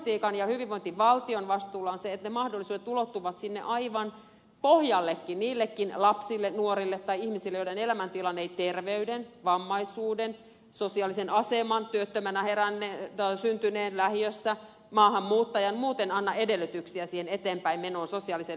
politiikan ja hyvinvointivaltion vastuulla on se että ne mahdollisuudet ulottuvat sinne aivan pohjallekin niillekin lapsille nuorille tai ihmisille joiden elämäntilanne ei terveyden vammaisuuden sosiaalisen aseman puolesta työttömänä syntyneen lähiössä maahanmuuttajan muuten anna edellytyksiä siihen eteenpäinmenoon sosiaaliseen liikkuvuuteen